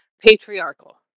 patriarchal